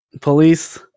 Police